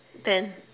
ten